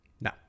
No